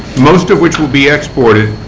most of which will be exported,